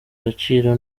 agaciro